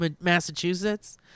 Massachusetts